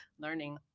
Learning